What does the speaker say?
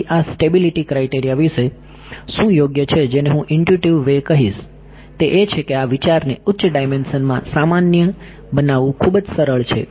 તેથી આ stability criteria વિશે શું યોગ્ય છે જેને હું ઈંટયુટીવ વે કહીશ તે એ છે કે આ વિચારને ઉચ્ચ ડાઈમેન્શન માં સામાન્ય બનાવવું ખૂબ જ સરળ છે